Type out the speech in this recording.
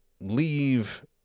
leave